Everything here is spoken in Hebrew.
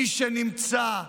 מי שנמצא,